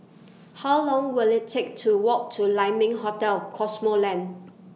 How Long Will IT Take to Walk to Lai Ming Hotel Cosmoland